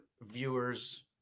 viewers